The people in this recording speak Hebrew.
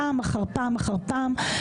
פעם אחר פעם אחר פעם.